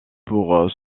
pour